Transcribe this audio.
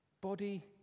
body